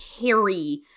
harry